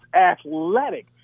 athletic